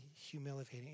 humiliating